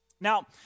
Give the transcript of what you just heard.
Now